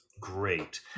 great